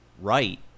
right